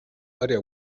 aria